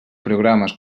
programes